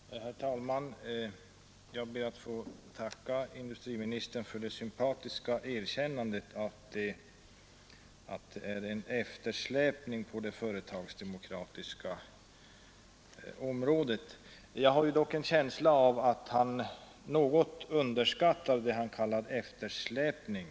Herr talman! Jag ber att få tacka industriministern för det sympatiska erkännandet att det är en eftersläpning på det företagsdemokratiska området. Jag har dock en känsla av att han något underskattar det han kallar eftersläpning.